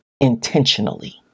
intentionally